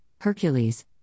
Hercules